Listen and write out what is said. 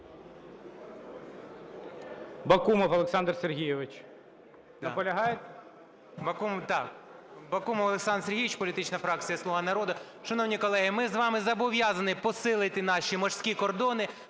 Бакумов Олександр Сергійович. Наполягаєте?